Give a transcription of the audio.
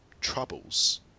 troubles